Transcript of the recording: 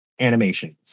animations